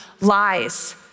lies